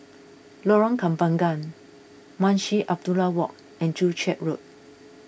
Lorong Kembangan Munshi Abdullah Walk and Joo Chiat Road